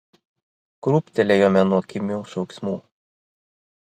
krūptelėjome nuo kimių šauksmų